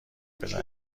بزنی